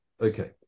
Okay